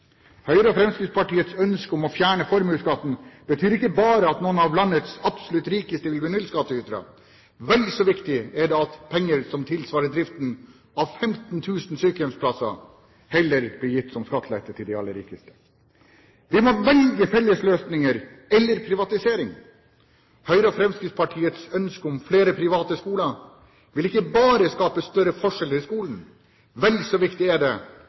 Høyre og Fremskrittspartiets ønske om å fjerne formuesskatten betyr ikke bare at noen av landets absolutt rikeste vil bli nullskatteytere. Vel så viktig er det at penger som tilsvarer driften av 15 000 sykehjemsplasser, heller blir gitt som skattelette til de aller rikeste. Vi må velge fellesløsninger eller privatisering. Høyre og Fremskrittspartiets ønske om flere private skoler vil ikke bare skape større forskjeller i skolen. Vel så viktig er det